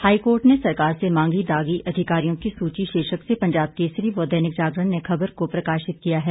high court ने सरकार से मांगी दागी अधिकारियों की सूची शीर्षक से पंजाब केसरी व दैनिक जागरण ने खबर को प्रकाशित किया है